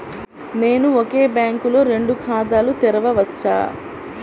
నేను ఒకే బ్యాంకులో రెండు ఖాతాలు తెరవవచ్చా?